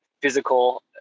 physical